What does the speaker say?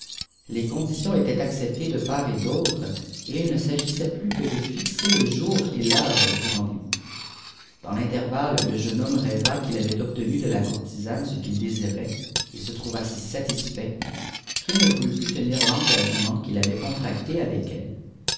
étaient acceptées de part et d'autre que de fixer le jour et l'heure du rendez-vous dans l'intervalle lfe homme rêva qu il aviit obtenu de la courtisane ce qii'u déiit et se trouva si satisfait qu'il ne voulut plus tenir l'epgageixieiiit il avait co ntracté avec elle